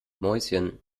mäuschen